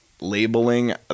labeling